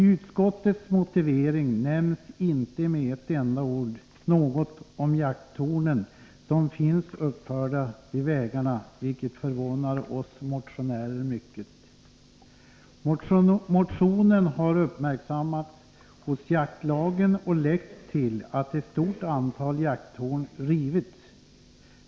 Tutskottets motivering nämns inte med ett enda ord något om jakttornen som finns uppförda vid vägarna, vilket förvånar oss motionärer mycket. Motionen har uppmärksammats i jaktlagen och lett till att ett stort antal jakttorn rivits.